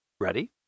Ready